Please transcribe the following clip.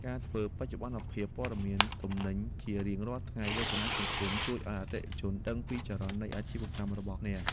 ការធ្វើបច្ចុប្បន្នភាពព័ត៌មានទំនិញជារៀងរាល់ថ្ងៃលើបណ្តាញសង្គមជួយឱ្យអតិថិជនដឹងពីចរន្តនៃអាជីវកម្មរបស់អ្នក។